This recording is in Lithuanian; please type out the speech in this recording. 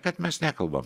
kad mes nekalbam